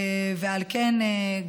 ועל כן,